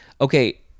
Okay